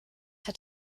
hat